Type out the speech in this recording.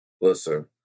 Listen